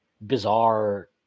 bizarre